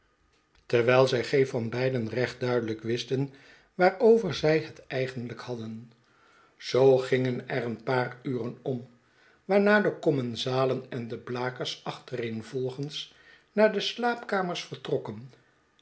terwijl zij geen van beiden r echt duidelijk wisten waarover zij het eigenlijk hadden zoo gingen er een paar urenom waarna de commensalen en de blakers achtereenvolgens naar de slaapkamers vertrokken